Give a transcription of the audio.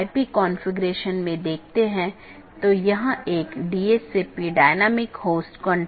यह प्रत्येक सहकर्मी BGP EBGP साथियों में उपलब्ध होना चाहिए कि ये EBGP सहकर्मी आमतौर पर एक सीधे जुड़े हुए नेटवर्क को साझा करते हैं